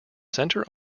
center